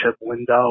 window